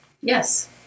Yes